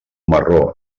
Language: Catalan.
marró